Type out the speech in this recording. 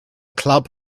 club